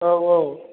औ औ